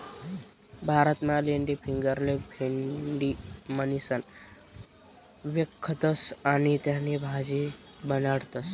भारतमा लेडीफिंगरले भेंडी म्हणीसण व्यकखतस आणि त्यानी भाजी बनाडतस